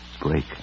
Break